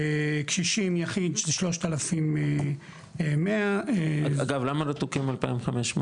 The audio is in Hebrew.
קשישים יחיד זה 3,100. אגב, למה רתוקים 2,500?